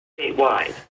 statewide